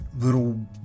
little